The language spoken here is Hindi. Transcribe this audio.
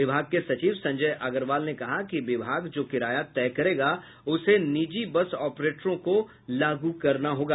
विभाग के सचिव संजय अग्रवाल ने कहा कि विभाग जो किराया तय करेगा उसे निजी बस ऑपरेटरों को लागू कराना होगा